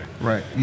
Right